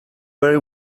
very